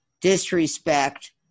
disrespect